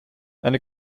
eine